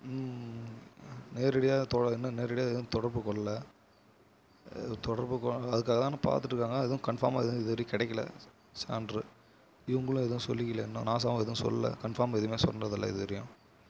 நேரடியாக தொ இன்னும் நேரடியாக ஏதும் தொடர்பு கொள்ளலே அது தொடர்பு கொ அதுக்காகதான் பார்த்துட்ருக்காங்க அதும் கன்ஃபார்மாக ஏதும் இது வரைக்கும் கிடைக்கல சான்று இவங்களும் ஏதும் சொல்லிக்கல இன்னும் நாசாவும் ஏதும் சொல்லலை கன்ஃபார்ம் ஏதுமே சொன்னதில்லை இது வரையும்